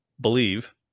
Believe